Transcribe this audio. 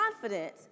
confident